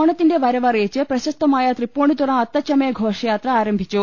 ഓണത്തിന്റെ വരവറിയിച്ച് പ്രശസ്തമായ തൃപ്പൂണിത്തുറ അത്തച്ചമയ ഘോഷയാത്ര ആരംഭിച്ചു